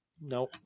No